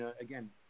Again